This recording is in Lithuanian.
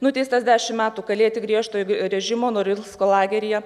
nuteistas dešim metų kalėti griežtojo vi režimo norilsko lageryje